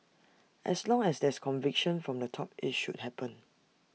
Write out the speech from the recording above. as long as there's conviction from the top IT should happen